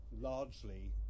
largely